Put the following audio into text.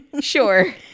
sure